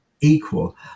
equal